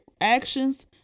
actions